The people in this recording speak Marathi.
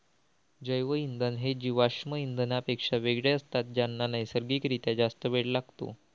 जैवइंधन हे जीवाश्म इंधनांपेक्षा वेगळे असतात ज्यांना नैसर्गिक रित्या जास्त वेळ लागतो